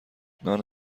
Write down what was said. نان